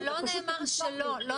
לא נאמר שלא,